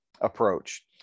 approach